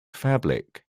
fabric